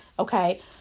Okay